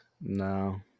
No